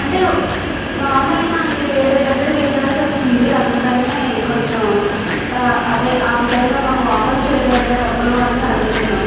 అంటే నార్మల్గా అండి వేరే దగ్గరికి వెళ్ళాల్సి వచ్చింది అందుకనే కొంచెం అదే ఆ విధంగా మాకు వాపసు చేయగలరా డబ్బులు అని అడుగుతున్నాం